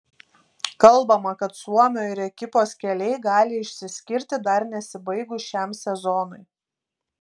kalbama kad suomio ir ekipos keliai gali išsiskirti dar nesibaigus šiam sezonui